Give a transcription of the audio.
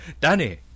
danny